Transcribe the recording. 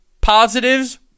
Positives